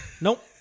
Nope